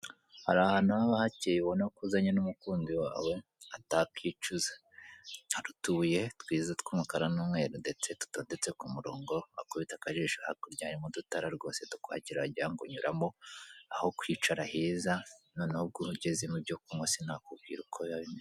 Hari ahantu haba hakeye ubona ko uzanye n' umukunzi wawe atakicuza, hari utubuye twiza tw' umukara n' umweru ndetse dutondetse kumurongo, wakubita akajisho hakurya ,harimo udutara rwose tukwakira wagirango unyuramo, aho kwicara heza ,noneho bwo ugeze mubyo kunywa sinakubwira uko biba bimeze.